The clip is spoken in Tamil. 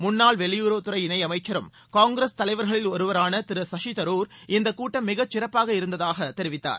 முன்னாள் வெளியுறவுத்துறை இணையமைச்சரும் காங்கிரஸ் தலைவர்களில் ஒருவரான திரு சசி தரூர் இந்தக் கூட்டம் மிகச் சிறப்பாக இருந்ததாக தெரிவித்தார்